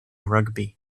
rugby